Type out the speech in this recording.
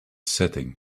setting